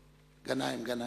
גנאים, גנאים.